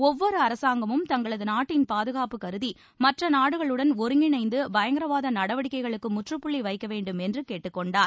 கூவ்வொரு அரசாங்கமும் தங்களது நாட்டின் பாதுகாப்பு கருதி நாடுகளுடன் ஒருங்கிணைந்து பயங்கரவாத நடவடிக்கைகளுக்கு முற்றுப்புள்ளி வைக்கவேண்டும் மற்ற என்று கேட்டுக்கொண்டார்